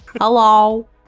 Hello